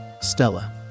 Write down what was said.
Stella